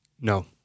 No